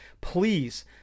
please